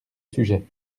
sujet